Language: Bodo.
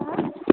हो